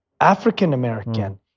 African-American